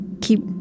keep